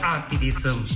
Artivism